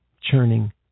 churning